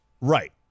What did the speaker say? Right